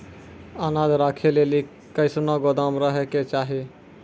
अनाज राखै लेली कैसनौ गोदाम रहै के चाही?